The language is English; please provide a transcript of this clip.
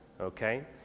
Okay